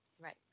Right